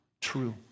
true